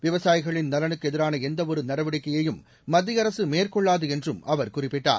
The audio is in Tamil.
விவசாயிகளின் நலனுக்கு எதிரான எந்தவொரு நடவடிக்கையையும் மத்திய அரசு மேற்கொள்ளாது என்றும் அவர் குறிப்பிட்டார்